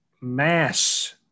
mass